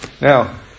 Now